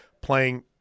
playing